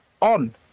on